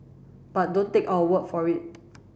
but don't take our word for it